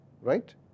right